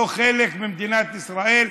לא חלק ממדינת ישראל,